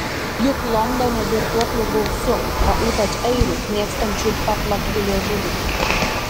juk londone girtuoklių gausu o ypač airių mėgstančių paplakti liežuviais